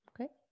Okay